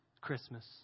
Christmas